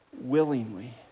willingly